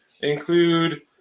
include